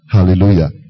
Hallelujah